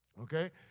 Okay